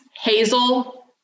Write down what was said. Hazel